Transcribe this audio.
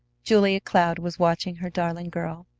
julia cloud was watching her darling girl,